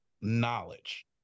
knowledge